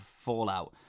fallout